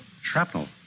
Shrapnel